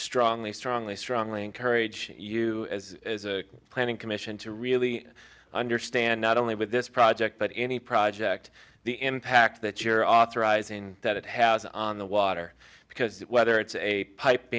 strongly strongly strongly encourage you as a planning commission to really understand not only with this project but any project the impact that you're authorizing that it has on the water because whether it's a pipe